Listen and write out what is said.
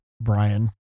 Brian